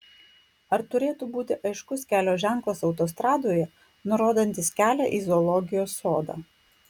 ar turėtų būti aiškus kelio ženklas autostradoje nurodantis kelią į zoologijos sodą